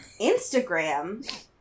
Instagram